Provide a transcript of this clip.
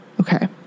okay